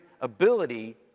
ability